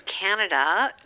Canada